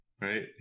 Right